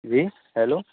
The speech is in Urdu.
جی ہیلو